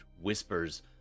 whispers